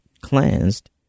cleansed